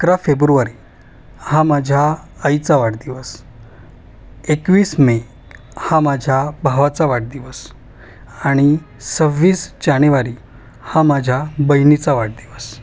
अकरा फेब्रुवारी हा माझ्या आईचा वाढदिवस एकवीस मे हा माझ्या भावाचा वाढदिवस आणि सव्वीस जानेवारी हा माझ्या बहिनीचा वाढदिवस